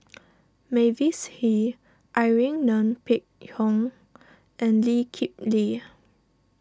Mavis Hee Irene Ng Phek Hoong and Lee Kip Lee